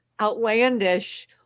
outlandish